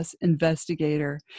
investigator